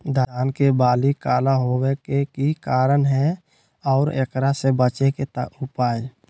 धान के बाली काला होवे के की कारण है और एकरा से बचे के उपाय?